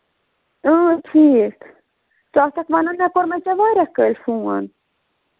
اۭں ٹھیٖک ژےٚ آسَکھ وَنان مےٚ کوٚر مےٚ ژےٚ واریاہ کٲلۍ فون